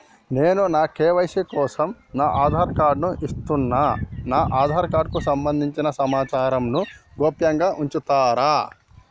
నేను నా కే.వై.సీ కోసం నా ఆధార్ కార్డు ను ఇస్తున్నా నా ఆధార్ కార్డుకు సంబంధించిన సమాచారంను గోప్యంగా ఉంచుతరా?